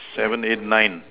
seven eight nine